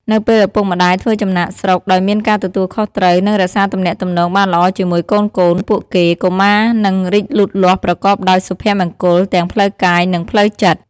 នៅពេលឪពុកម្តាយធ្វើចំណាកស្រុកដោយមានការទទួលខុសត្រូវ និងរក្សាទំនាក់ទំនងបានល្អជាមួយកូនៗពួកគេ កុមារនឹងរីកលូតលាស់ប្រកបដោយសុភមង្គលទាំងផ្លូវកាយ និងផ្លូវចិត្ត។